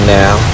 now